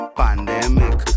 pandemic